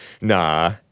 Nah